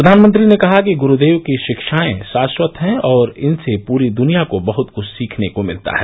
प्रधानमंत्री ने कहा कि गुरूदेव की शिक्षाए शाश्वत हैं और इनसे पूरी दुनिया को बहुत कुछ सीखने को मिलता है